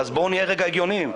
בואו נהיה הגיוניים.